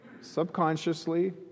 subconsciously